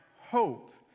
hope